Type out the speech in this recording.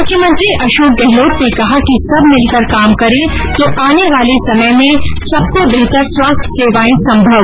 मुख्यमंत्री अशोक गहलोत ने कहा कि सब मिलकर काम करें तो आने वाले समय में सबको बेहतर स्वास्थ्य सेवायें संभव